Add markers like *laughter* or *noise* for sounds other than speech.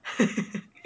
*laughs*